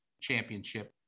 championship